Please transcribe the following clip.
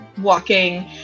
walking